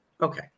Okay